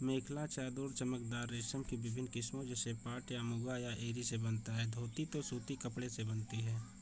मेखला चादोर चमकदार रेशम की विभिन्न किस्मों जैसे पाट या मुगा या एरी से बनता है धोती तो सूती कपड़े से बनती है